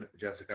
Jessica